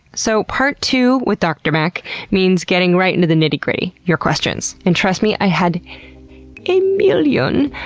so, part two with dr. mack means getting right into the nitty gritty your questions. and trust me, i had a million,